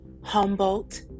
Humboldt